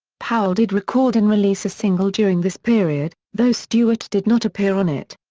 powell did record and release a single during this period, though stewart did not appear on it.